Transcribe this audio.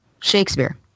Shakespeare